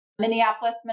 Minneapolis